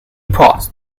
paused